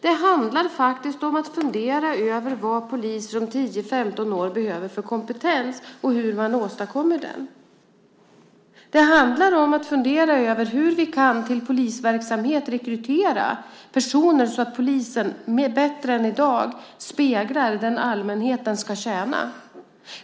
Det handlar faktiskt om att fundera över vad poliser om tio, femton år behöver för kompetens och hur man åstadkommer den. Det handlar om att fundera över hur vi kan rekrytera personer till polisverksamhet så att polisen bättre än i dag speglar den allmänhet den ska tjäna.